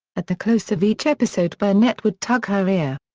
at the close of each episode burnett would tug her ear.